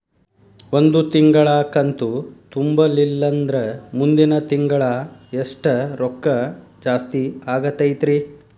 ಒಂದು ತಿಂಗಳಾ ಕಂತು ತುಂಬಲಿಲ್ಲಂದ್ರ ಮುಂದಿನ ತಿಂಗಳಾ ಎಷ್ಟ ರೊಕ್ಕ ಜಾಸ್ತಿ ಆಗತೈತ್ರಿ?